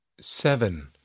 Seven